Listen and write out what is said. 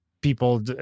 people